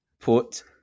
Put